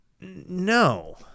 No